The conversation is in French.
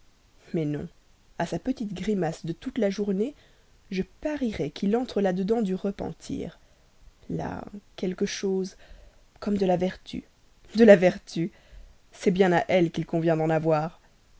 mais non à sa petite grimace de toute la journée je parierais qu'il entre là-dedans du repentir là quelque chose de vertu de la vertu c'est bien à elle qu'il convient d'en avoir